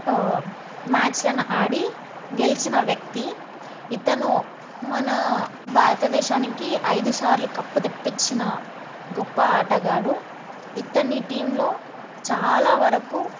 మ్యాచ్లను ఆడి గెలిచిన వ్యక్తి ఇతను మన భారతదేశానికి ఐదు సార్లు కప్పు తెపించిన గొప్ప ఆటగాడు ఇతని టీంలో చాలా వరకు